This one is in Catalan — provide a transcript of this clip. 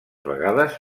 vegades